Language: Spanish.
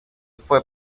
fue